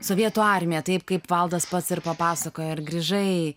sovietų armiją taip kaip valdas pats ir papasakojo ir grįžai